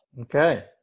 Okay